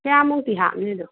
ꯀꯌꯥꯃꯨꯛꯇꯤ ꯍꯥꯞꯅꯤ ꯑꯗꯨ